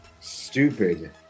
stupid